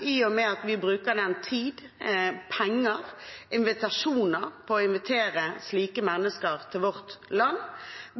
i og med at vi bruker tid og penger på å invitere slike mennesker til vårt land.